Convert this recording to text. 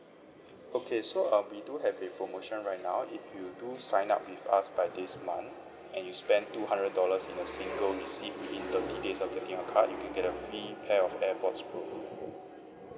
okay so um we do have a promotion right now if you do sign up with us by this month and you spend two hundred dollars in a single receipt within thirty days of getting your card you can get a free pair of airpods pro